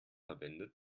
verbindet